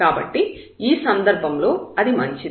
కాబట్టి ఆ సందర్భంలో అది మంచిది